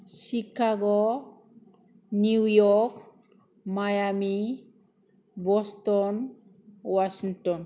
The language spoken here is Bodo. Chicago New York Miami Boston Washington